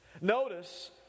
Notice